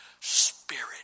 spirit